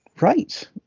right